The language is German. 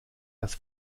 das